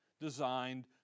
designed